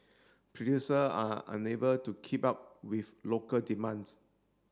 producer are unable to keep up with local demands